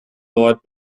leut